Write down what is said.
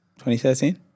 2013